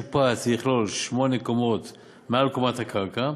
ישופץ ויכלול שמונה קומות מעל קומת הקרקע